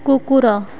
କୁକୁର